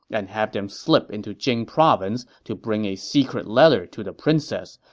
and have them slip into jing province to bring a secret letter to the princess,